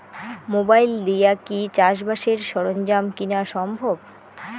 Mobile দিয়া কি চাষবাসের সরঞ্জাম কিনা সম্ভব?